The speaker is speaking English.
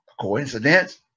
coincidence